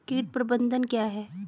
कीट प्रबंधन क्या है?